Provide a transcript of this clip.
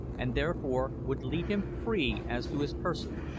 and therefore would leave him free as to his person,